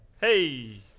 Hey